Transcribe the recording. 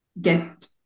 get